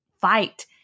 fight